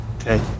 okay